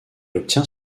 obtient